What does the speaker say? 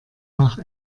nach